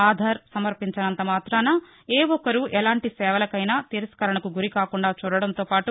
ఆధార్ సమర్పించనంత మాతానా ఏ ఒక్కరూ ఎలాంటి సేవలకైనా తిరస్కరణకు గురికాకుండా చూడడంతో పాటు